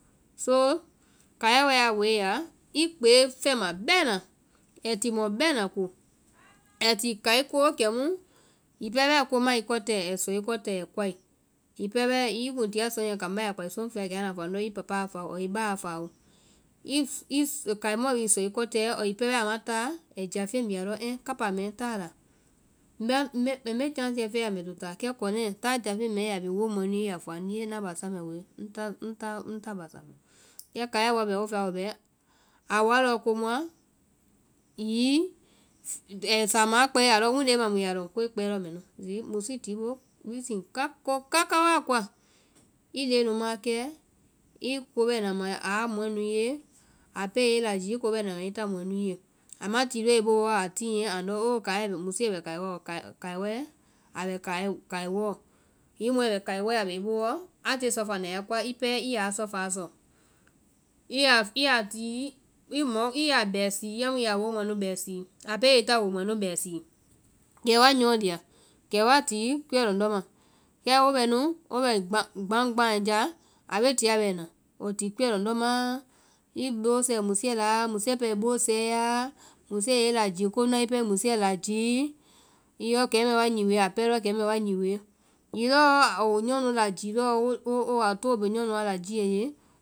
So kaiɛ wae a woe i ya, i kpee fɛma bɛna, ai ti mɔ bɛna ko, ai ti kai ko kɛmu hiŋi pɛɛ bɛɛ ko maã i kɔtɛɛ ai sɔ i kɔtɛɛ ai koai. Hiŋi pɛɛ bɛɛ. hiŋi i kuŋ tia suɔ niyɛ kambá ya kpai soŋfɛa, kɛ anda fɔ andɔ i papa fáa ɔɔ i bá a faao, kai mɔɔ́ bhii i sɔ i kɔtɛɛ, hiŋi pɛɛ bɛɛ ma kuŋ táa, ai jáfeŋ bi alɔ ehɛ, kápá mɛɛ táa a la, mbe fɛɛ ya mbɛ to táa, kɛ kɔnɛɛ, táa jáfeŋ mɛɛ ya i ya bee i woomɔɛ nu ye, i yaa fɔ anu ye ŋtá basaa mɛ woe. kɛ kaiɛ bɔɔ bɛ wo fɛa wo bɛ, a woa lɔɔ komuãa hiŋi samaã kpɛe a lɔ wundee ma mu ya lɔŋ koe kpɛɛ lɔɔ mɛ nu. ko káká waa koa, i leŋɛ nu maãkɛ, i ko bɛna ma aa mɔɛ ye, a pɛɛ a yɛ i lajii i ko bɛna ma ya mɔɛ nu ye. Ama ti lɔɔ i booɔ a tiɛ andɔ oo musuɛ bɛ kaiwɔɔ, a bɛ kaiwɔɔ, hiŋi mɔɛ bɛ kaiwɔɔ a bɛ i booɔ, a tie sɔfana ya koa i pɛɛ i yaa sɔfaa sɔ, i ya bɛɛsii amu i ya woomɔɛ nu bɛɛsii, a pɛɛ yɛ i woomɔɛ nu bɛɛsii, kɛ woa nyɔɔ lia, kɛ woa tii kuɛ lɔndɔ́ ma. kɛ wo bɛ nu wo bɛ gbaŋgbaŋɛ ya a bee tia bɛna, wo ti kuɛ lɔndɔ́ maã, i boosɛɛ musuɛ laa, musuɛ pɛɛ i boosɛɛ i yaa, musuɛ yɛ i lajii konu la i pɛɛ i musuɛ lajii, i yɔ kɛmɛɛ wa nyi woe, a pɛɛ lɔ kɛmɛɛ wa nyi woe, hiŋi lɔɔ wo nyɔɔ nu lajii lɔɔ woa too bee nyɔɔ nu a lajiiɛ ye